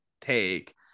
take